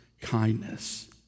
kindness